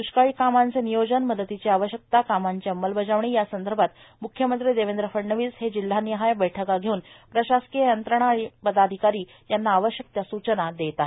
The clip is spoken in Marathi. दृष्काळी कामांचे नियोजन मदतीची आवश्यकता कामांची अंमलबजावणी यासंदर्भात म्ख्यमंत्री देवेंद्र फडणवीस हे जिल्हाननिहाय बैठका धेऊन प्रशासकीय यंत्रणा आणि पदाधिकारी यांना आवश्यक त्या सूचना देत आहेत